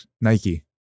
nike